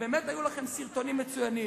באמת היו לכם סרטונים מצוינים.